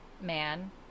man